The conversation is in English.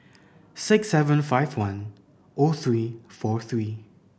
six seven five one O three four three